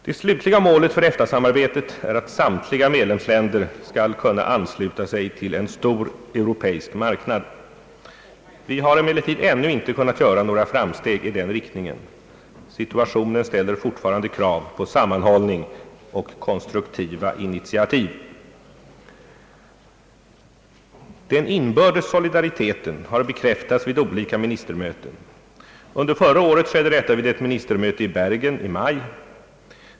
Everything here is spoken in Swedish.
Det slutliga målet för EFTA-samarbetet är att samtliga medlemsländer skall kunna ansluta sig till en stor europeisk marknad. Vi har emellertid ännu inte kunnat göra några framsteg i den riktningen. Situationen ställer fortfarande krav på sammanhållning och konstruktiva initiativ. Den inbördes solidariteten har bekräftats vid olika ministermöten. Under förra året skedde detta vid ett ministermöte i Bergen i maj.